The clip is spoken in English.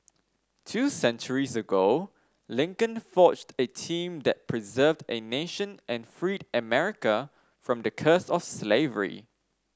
two centuries ago Lincoln forged a team that preserved a nation and freed America from the curse of slavery